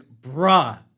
bruh